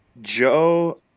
Joe